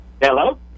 hello